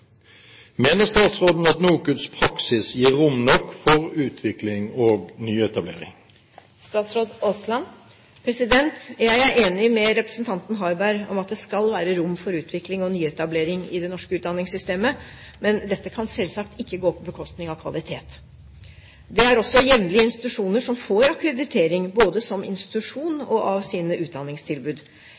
Mener statsråden at NOKUTs praksis gir rom nok for utvikling og nyetablering?» Jeg er enig med representanten Harberg om at det skal være rom for utvikling og nyetablering i det norske utdanningssystemet, men dette kan selvsagt ikke gå på bekostning av kvalitet. Det er også jevnlig institusjoner som får akkreditering, både som institusjon og av sine utdanningstilbud.